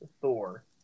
Thor